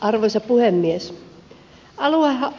arvoisa puhemies